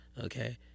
Okay